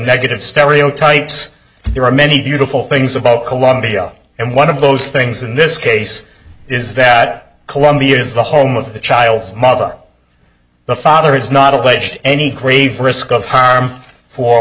negative stereotypes there are many beautiful things about colombia and one of those things in this case is that colombia is the home of the child's mother the father is not alleged any craves risk of harm for